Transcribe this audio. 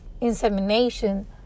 insemination